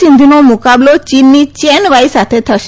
સિન્ધુનો મુકાબલો ચીનની ચેન વાઈ સાથે થશે